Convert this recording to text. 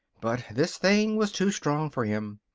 but this thing was too strong for him.